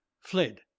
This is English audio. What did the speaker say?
fled